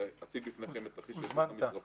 ואציג בפניכם את תרחיש הייחוס המצרפי.